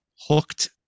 hooked